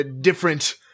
different